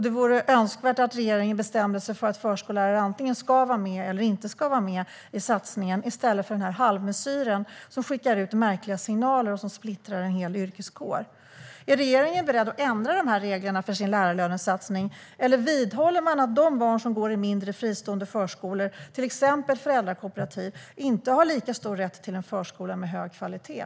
Det vore önskvärt att regeringen bestämde sig för att förskollärare antingen ska vara med eller inte ska vara med i satsningen, i stället för den här halvmesyren, som skickar ut märkliga signaler och splittrar en hel yrkeskår. Är regeringen beredd att ändra reglerna för sin lärarlönesatsning, eller vidhåller man att de barn som går i mindre fristående förskolor, till exempel föräldrakooperativ, inte har lika stor rätt till en förskola med hög kvalitet?